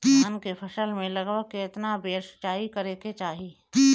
धान के फसल मे लगभग केतना बेर सिचाई करे के चाही?